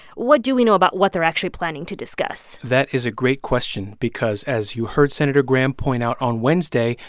what do we know about what they're actually planning to discuss? that is a great question because as you heard senator graham point out on wednesday,